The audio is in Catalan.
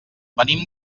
venim